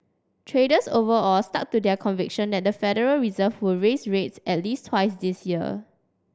traders overall stuck to their conviction that the Federal Reserve who raise rates at least twice this year